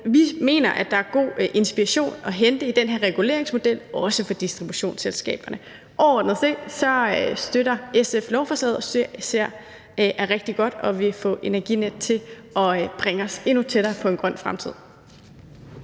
Vi mener, at der er god inspiration at hente i den her reguleringsmodel, også for distributionsselskaberne. Overordnet set støtter SF lovforslaget. Vi synes, det er rigtig godt, og det vil få Energinet til at bringe os endnu tættere på en grøn fremtid.